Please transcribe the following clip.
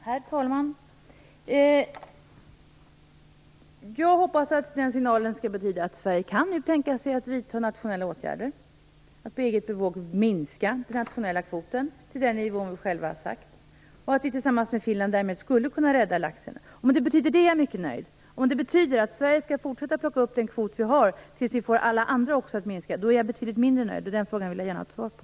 Herr talman! Jag hoppas att den signalen skall betyda att Sverige nu kan tänka sig att vidta nationella åtgärder, att på eget bevåg minska den nationella kvoten till den nivå vi själva har sagt och att vi tillsammans med Finland därmed skulle kunna rädda laxen. Om det betyder det är jag mycket nöjd. Om det betyder att Sverige skall fortsätta att plocka den kvot vi har tills vi får alla andra att också minska sina kvoter är jag betydligt mindre nöjd. Den frågan vill jag gärna ha ett svar på.